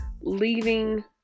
leaving